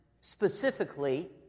specifically